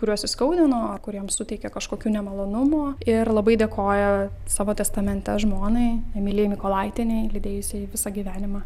kuriuos įskaudino kuriems suteikė kažkokių nemalonumų ir labai dėkoja savo testamente žmonai emilijai mykolaitienei lydėjusiai jį visą gyvenimą